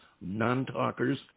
non-talkers